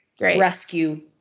rescue